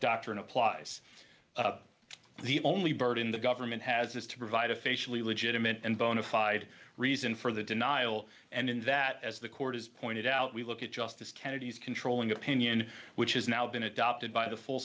doctrine applies the only bird in the government has is to provide a facially legitimate and bona fide reason for the denial and in that as the court has pointed out we look at justice kennedy's controlling opinion which has now been adopted by the full